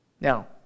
Now